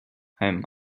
heim